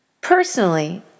Personally